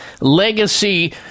legacy